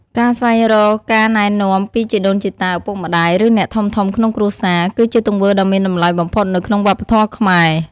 ការស្វែងរកការណែនាំពីជីដូនជីតា ឪពុកម្ដាយ ឬអ្នកធំៗក្នុងគ្រួសារ គឺជាទង្វើដ៏មានតម្លៃបំផុតនៅក្នុងវប្បធម៌ខ្មែរ។